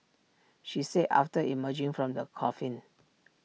she said after emerging from the coffin